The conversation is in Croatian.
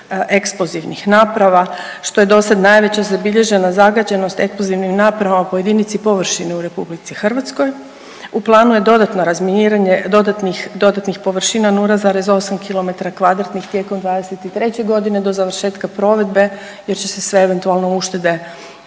eksplozivnih naprava što je dosad najveća zabilježena zagađenost eksplozivnim napravama po jedinici površine u RH. U planu je dodatno razminiranje dodatnih površina 0,8 kilometara kvadratnih tijekom '23. godine do završetka provedbe jer će se sve eventualno uštede